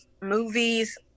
movies